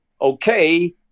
Okay